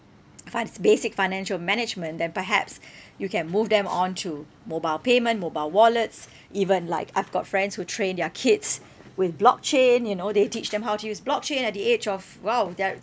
funds basic financial management then perhaps you can move them on to mobile payment mobile wallets even like I've got friends who train their kids with blockchain you know they teach them how to use blockchain at the age of !wow! they're